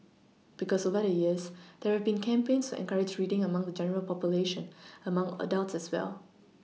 because over the years there have been campaigns to encourage reading among the general population among adults as well